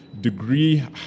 degree